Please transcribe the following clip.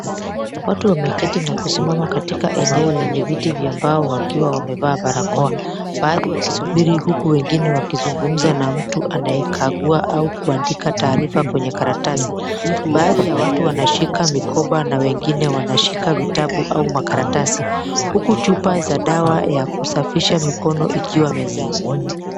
Watu wameketi na kusimama katika eneo lenye viti vvya mbao wakiwa wamevaa barakoa. Baadhi wakisubiri huku wengine wakizungumza na mtu anayekagua au kuandika taarifa kwenye karatasi. Baadhi ya watu wanashika mikoba na wengine wanashika vitabu au makaratasi huku chupa ya dawa 𝑧a kusafisha mikono ikiwa mezani.